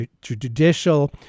judicial